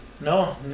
no